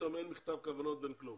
פתאום אין מכתב כוונות, אין כלום.